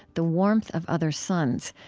the warmth of other suns,